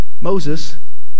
Moses